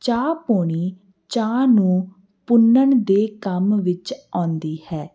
ਚਾਹ ਪੋਣੀ ਚਾਹ ਨੂੰ ਪੁੰਨਣ ਦੇ ਕੰਮ ਵਿੱਚ ਆਉਂਦੀ ਹੈ